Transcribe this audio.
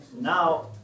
now